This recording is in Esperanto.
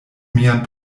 mian